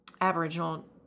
Aboriginal